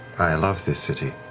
i love this city.